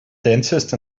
dentist